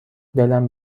دلم